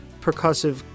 percussive